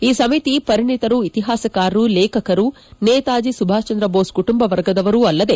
ಈ ಸಮಿತಿ ಪರಿಣಿತರು ಇತಿಹಾಸಕಾರರು ಲೇಖಕರು ನೇತಾಜಿ ಸುಭಾಷ್ ಚಂದ್ರ ಬೋಸ್ ಕುಟುಂಬವರ್ಗದವರು ಅಲ್ಲದೆ